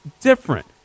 different